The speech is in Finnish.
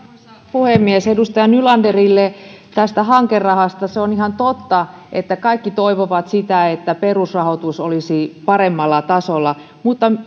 puhemies edustaja nylanderille tästä hankerahasta on ihan totta että kaikki toivovat sitä että perusrahoitus olisi paremmalla tasolla mutta